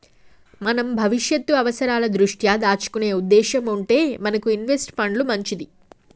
మనం భవిష్యత్తు అవసరాల దృష్ట్యా దాచుకునే ఉద్దేశం ఉంటే మనకి ఇన్వెస్ట్ పండ్లు మంచిది